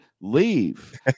leave